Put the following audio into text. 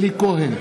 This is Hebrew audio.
אלי כהן,